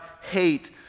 hate